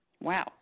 Wow